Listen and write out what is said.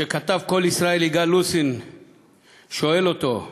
וכתב "קול ישראל" יגאל לוסין שואל אותו: